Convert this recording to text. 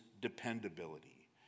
dependability